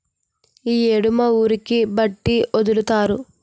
ఈ యేడు మా ఊరికి బట్టి ఒదులుతారు